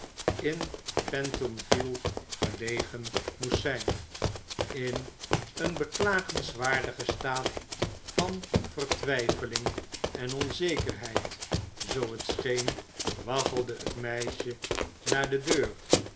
in pentonville gelegen moest zijn in een beklagenswaardigen staat van vertwijfeling en onzekerheid zoo het scheen waggelde het meisje naar de deur